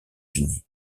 unis